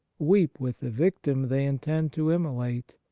weep with the victim they intend to immolate,